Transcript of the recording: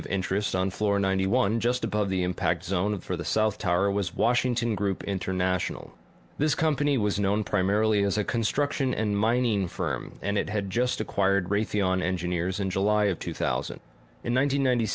of interest on floor ninety one just above the impact zone for the south tower was washington group international this company was known primarily as a construction and mining firm and it had just acquired raytheon engineers in july of two thousand in